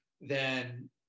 then-